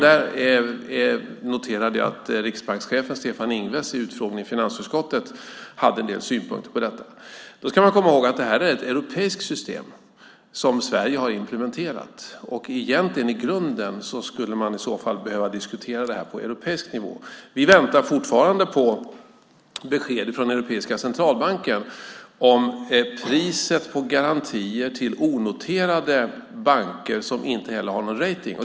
Där noterade jag att riksbankschefen Stefan Ingves vid utfrågningen i finansutskottet hade en del synpunkter. Då ska man komma ihåg att detta är ett europeiskt system som Sverige har implementerat, och egentligen i grunden skulle man i så fall behöva diskutera det på europeisk nivå. Vi väntar fortfarande på besked från Europeiska centralbanken om priset på garantier till onoterade banker som inte heller har någon rating.